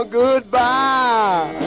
goodbye